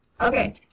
Okay